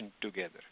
together